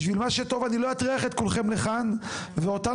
בשביל מה שטוב אני לא אטריח את כולכם לכאן ואותנו,